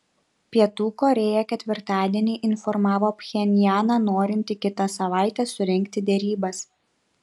pietų korėja ketvirtadienį informavo pchenjaną norinti kitą savaitę surengti derybas